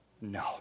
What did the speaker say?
No